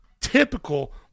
typical